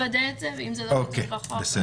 נוודא את זה, ואם זה לא כתוב בחוק, נוסיף.